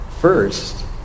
first